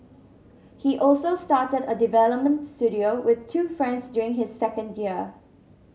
he also started a development studio with two friends during his second year